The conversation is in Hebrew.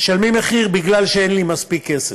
משלמים מחיר כי אין לי מספיק כסף.